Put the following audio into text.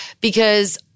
because-